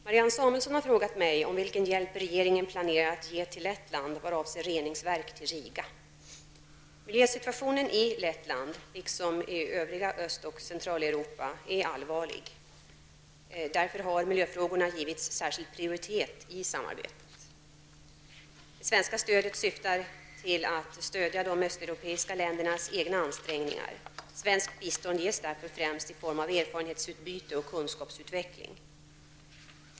Fru talman! Marianne Samuelsson har frågat mig om vilken hjälp regeringen planerar att ge till Miljösituationen i Lettland, liksom i övriga Öst-och Centraleuropa, är allvarlig. Därför har miljöfrågorna givits särskild prioritet i samarbetet. Det svenska stödet syftar till att stödja de östeuropeiska ländernas egna ansträngningar. Svenskt bistånd ges därför främst i form av erfarenhetsutbyte och kunskapsutveckling.